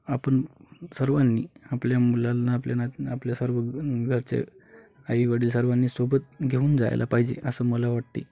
आपण सर्वांनी आपल्या मुलांना आपल्या ना आपल्या सर्व घरच्या आईवडील सर्वांनी सोबत घेऊन जायला पाहिजे असं मला वाटते